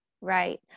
Right